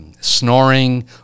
snoring